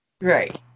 Right